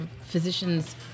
physician's